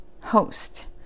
host